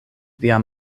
via